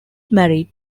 married